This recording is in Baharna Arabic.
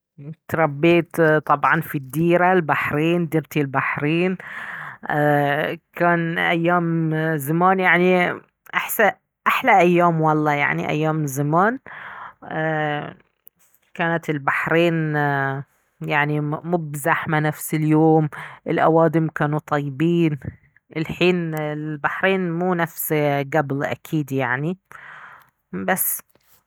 تربيت طبعا في الديرة البحرين ديرتي البحرين ايه كان ايام زمان يعني احسن احلى ايام والله يعني ايام زمان ايه كانت البحرين يعني مب زحمة نفس اليوم الأوادم كانوا طيبين الحين البحرين مو نفس قبل اكيد يعني بس